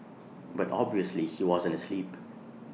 but obviously he wasn't asleep